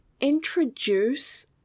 introduce